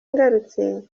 ngarutse